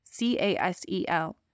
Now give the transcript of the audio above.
CASEL